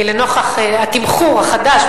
כי לנוכח התמחור החדש,